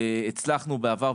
אנחנו הצלחנו בעבר,